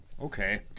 okay